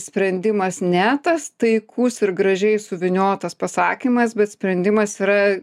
sprendimas ne tas taikus ir gražiai suvyniotas pasakymas bet sprendimas yra